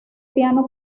piano